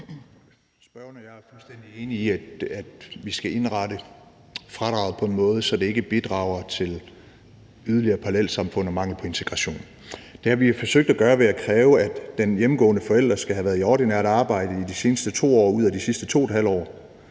jeg er fuldstændig enige om, at vi skal indrette fradraget på en måde, så det ikke bidrager til yderligere parallelsamfund og mangel på integration. Det har vi forsøgt at gøre ved at kræve, at den hjemmegående forælder skal have været i ordinært arbejde i de seneste 2 år ud af de sidste 2½ år,